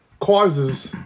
causes